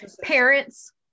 parents